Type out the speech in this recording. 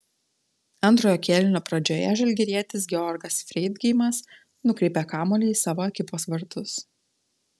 antrojo kėlinio pradžioje žalgirietis georgas freidgeimas nukreipė kamuolį į savo ekipos vartus